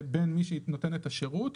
בזק יפרוס,